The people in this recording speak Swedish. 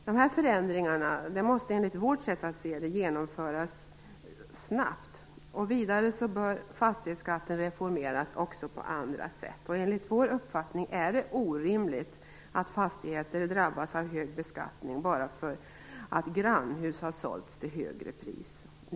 Dessa förändringar måste enligt vårt sätt att se det genomföras snabbt. Vidare bör fastighetsskatten reformeras också på andra sätt. Enligt vår uppfattning är det orimligt att fastighetsägare drabbas av hög beskattning bara för att grannhus har sålts till höga priser.